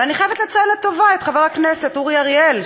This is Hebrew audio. ואני חייבת לציין לטובה את חבר הכנסת אורי אריאל,